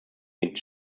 mit